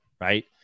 right